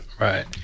Right